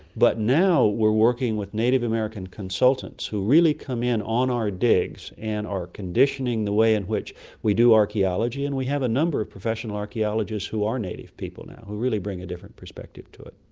but now we're working with native american consultants who really come in on our digs and are conditioning the way in which we do archaeology. and we have a number of professional archaeologists who are native people now who really bring a different perspective to it.